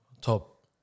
Top